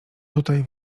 tutaj